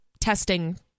testing